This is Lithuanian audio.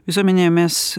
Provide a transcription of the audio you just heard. visuomenėje mes